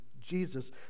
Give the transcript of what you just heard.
Jesus